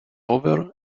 over